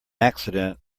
accident